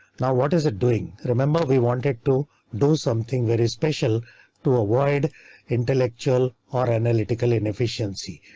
now what is it doing? remember we wanted to do something very special to avoid intellectual or analytical inefficiency.